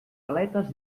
aletes